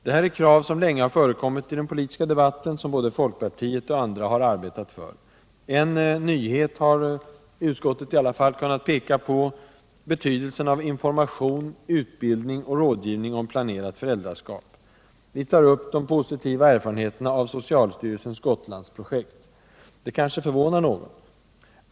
Det här är krav som länge har förekommit i den politiska debatten och som både folkpartiet och andra partier har arbetat för. En nyhet har utskottet i alla fall kunna peka på, nämligen betydelsen av information, utbildning och rådgivning om planerat föräldraskap. Vi tar upp de positiva erfarenheterna av socialstyrelsens Gotlandsprojekt. Det kanske förvånar någon.